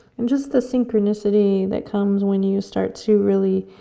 and just the synchronicity that comes when you start to really